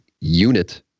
unit